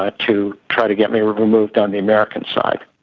ah to try to get me removed on the american side.